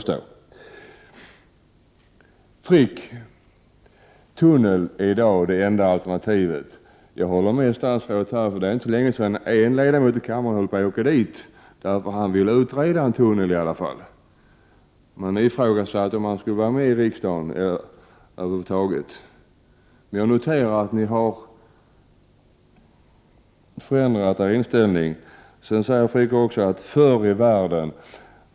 Carl Frick! Tunnel är i dag det enda alternativet, påstår Carl Frick. Jag håller med statsrådet. En ledamot i kammaren höll på att ”åka dit”, därför att han ville utreda alternativet om en tunnel. Man ifrågasatte om han över huvud taget skulle vara med i riksdagen. Jag noterar att ni ändrat inställning. Carl Frick talar också om förr i världen.